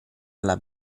alla